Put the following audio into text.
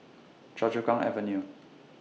Choa Chu Kang Avenue